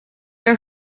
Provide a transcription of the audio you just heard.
are